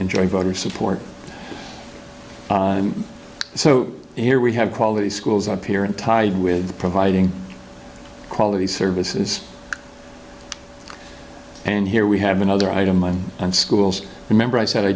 enjoyed voter support and so here we have quality schools up here and tied with providing quality services and here we have another i don't mind and schools remember i said i